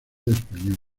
española